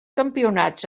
campionats